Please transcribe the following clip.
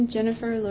Jennifer